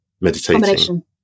meditation